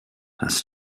has